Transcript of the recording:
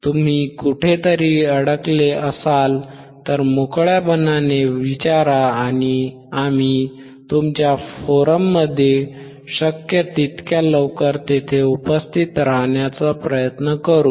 तुम्ही कुठेतरी अडकले असाल तर मोकळ्या मनाने विचारा आणि आम्ही तुमच्या फोरममध्ये शक्य तितक्या लवकर तेथे उपस्थित राहण्याचा प्रयत्न करू